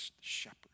shepherd